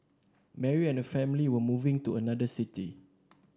Mary and her family were moving to another city